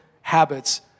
habits